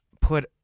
put